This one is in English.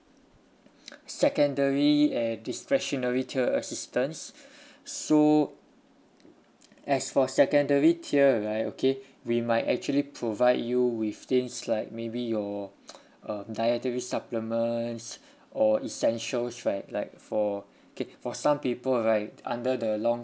secondary and discretionary tier assistance so as for secondary tier right okay we might actually provide you with things like maybe your uh dietary supplements or essentials right like for okay for some people right under the long